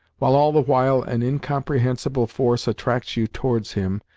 while all the while an incomprehensible force attracts you towards him,